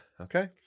okay